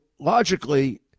logically